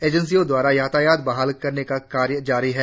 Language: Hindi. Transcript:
एजेंसियों द्वारा यातायात बहाल करने का कार्य जारी है